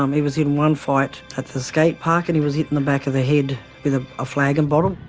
um he was in one fight at the skate park and he was hit in the back of the head with a ah flagon bottle